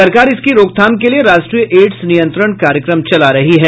सरकार इसकी रोकथाम के लिये राष्ट्रीय एड्स नियंत्रण कार्यक्रम चला रही है